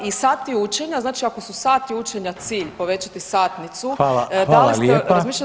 I sati učenja, znači ako su sati učenja cilj povećati satnicu [[Upadica: Hvala, hvala lijepa.]] da li ste razmišljali